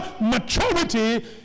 maturity